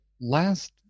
last